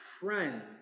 friends